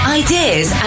ideas